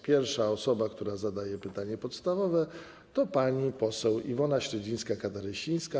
Pierwsza osoba, która zadaje pytanie podstawowe, to pani poseł Iwona Śledzińska-Katarasińska.